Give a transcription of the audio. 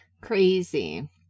Crazy